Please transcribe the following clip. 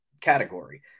category